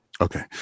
Okay